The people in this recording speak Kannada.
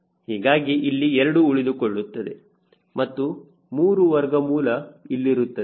ಹೀಗಾಗಿ ಇಲ್ಲಿ 2 ಉಳಿದುಕೊಳ್ಳುತ್ತದೆ ಮತ್ತು 3 ವರ್ಗಮೂಲ ಇಲ್ಲಿರುತ್ತದೆ